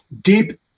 deep